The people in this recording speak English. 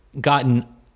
gotten